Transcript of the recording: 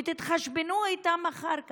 ותתחשבנו איתן אחר כך.